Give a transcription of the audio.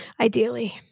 ideally